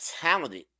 talented